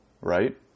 right